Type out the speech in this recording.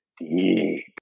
deep